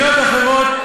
מדינות אחרות,